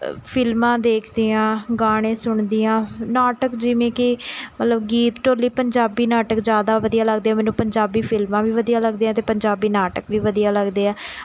ਫਿਲਮਾਂ ਦੇਖਦੀ ਹਾਂ ਗਾਣੇ ਸੁਣਦੀ ਹਾਂ ਨਾਟਕ ਜਿਵੇਂ ਕਿ ਮਤਲਬ ਗੀਤ ਢੋਲੀ ਪੰਜਾਬੀ ਨਾਟਕ ਜ਼ਿਆਦਾ ਵਧੀਆ ਲੱਗਦੇ ਆ ਮੈਨੂੰ ਪੰਜਾਬੀ ਫ਼ਿਲਮਾਂ ਵੀ ਵਧੀਆ ਲੱਗਦੀਆਂ ਅਤੇ ਪੰਜਾਬੀ ਨਾਟਕ ਵੀ ਵਧੀਆ ਲੱਗਦੇ ਆ